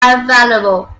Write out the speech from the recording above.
available